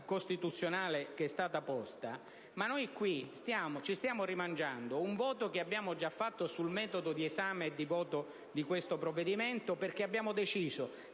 costituzionale che è stata posta, qui ci stiamo rimangiando un voto che abbiamo già espresso sul metodo di esame e di voto di questo provvedimento, perché abbiamo deciso